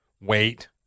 wait